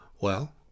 Well